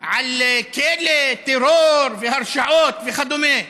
על כלא, טרור, הרשעות וכדומה.